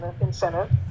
incentive